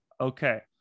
Okay